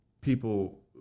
people